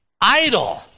idle